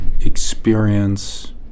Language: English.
experience